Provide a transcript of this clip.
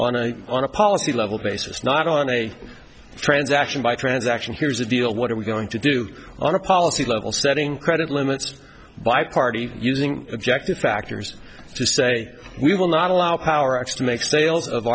on a on a policy level basis not on a transaction by transaction here's the deal what are we going to do on a policy level setting credit limits by party using objective factors to say we will not allow power x to make sales of